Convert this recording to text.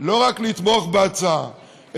לא רק לתמוך בהצעה,